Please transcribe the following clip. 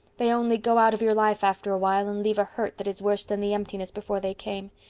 they only go out of your life after awhile and leave a hurt that is worse than the emptiness before they came.